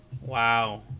Wow